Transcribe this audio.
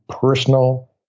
personal